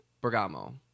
Bergamo